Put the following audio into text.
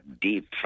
deep